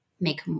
make